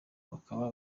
bakaba